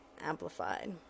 amplified